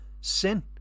sin